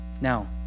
Now